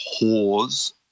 whores